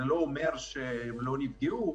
זה לא אומר שהם לא נפגעו,